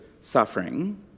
suffering